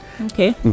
Okay